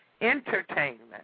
entertainment